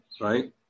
right